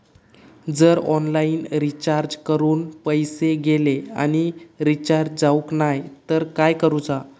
जर online recharge करून पैसे गेले आणि रिचार्ज जावक नाय तर काय करूचा?